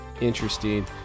interesting